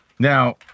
Now